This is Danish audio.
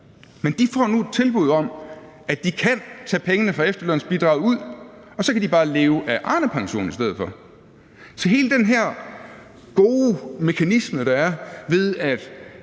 Men de får nu et tilbud om, at de kan tage pengene fra efterlønsbidraget ud, og så kan de bare leve af Arnepension i stedet for. Så hele den her gode mekanisme, der er, ved at